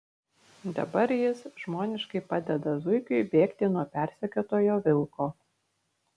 dabar jis žmoniškai padeda zuikiui bėgti nuo persekiotojo vilko